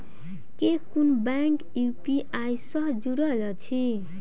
केँ कुन bank UPI सँ जुड़ल अछि?